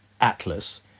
atlas